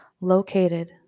located